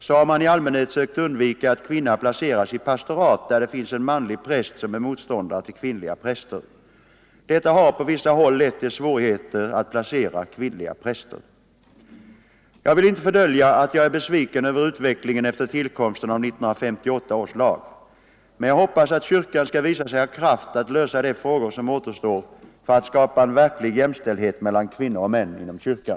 Så har man i allmänhet sökt undvika att kvinna placeras i pastorat där det finns en manlig präst som är motståndare till kvinnliga präster. Detta har på vissa håll lett till svårigheter att placera kvinnliga präster. Jag vill inte fördölja att jag är besviken över utvecklingen efter till komsten av 1958 års lag. Men jag hoppas att kyrkan skall visa sig ha kraft att lösa de frågor som återstår för att skapa en verklig jämställdhet mellan kvinnor och män inom kyrkan.